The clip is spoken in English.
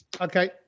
Okay